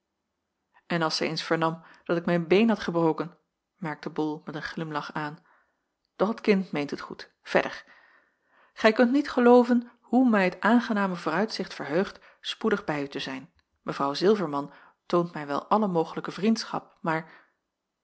en als ze eens vernam dat ik mijn been had gebroken merkte bol met een glimlach aan doch t kind meent het goed verder gij kunt niet gelooven hoe mij het aangename vooruitzicht verheugt spoedig bij u te zijn mevrouw zilverman toont mij wel alle mogelijke vriendschap maar